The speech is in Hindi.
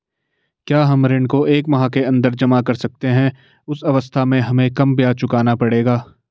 क्या हम ऋण को एक माह के अन्दर जमा कर सकते हैं उस अवस्था में हमें कम ब्याज चुकाना पड़ेगा?